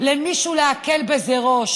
קרן הפנסיה הזאת היא לא לעד ולא